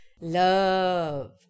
Love